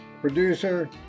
producer